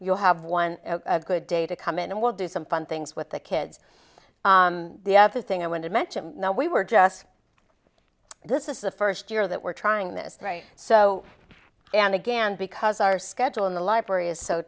you'll have one good day to come in and we'll do some fun things with the kids the other thing i want to mention now we were just this is the first year that we're trying this right so and again because our schedule in the library is so